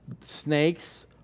Snakes